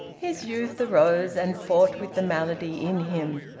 his youth arose and fought with the malady in him,